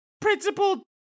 Principal